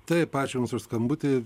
taip ačiū jums už skambutį